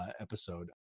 episode